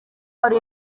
ari